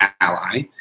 ally